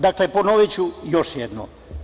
Dakle, ponoviću još jednom.